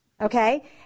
Okay